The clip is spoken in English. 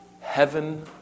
Heaven